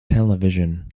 television